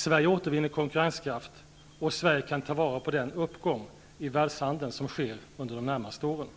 Sverige återvinner konkurrenskraft, och Sverige kan ta vara på den uppgång i världshandeln som sker under de närmaste åren.